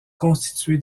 constitué